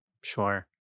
Sure